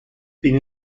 been